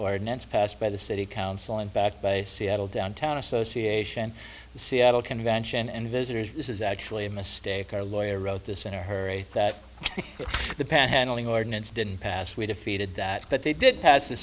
ordinance passed by the city council and backed by seattle downtown association the seattle convention and visitors this is actually a mistake our lawyer wrote this in a hurry that the panhandling ordinance didn't pass we defeated that but they did pass the